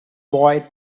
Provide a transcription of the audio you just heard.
boy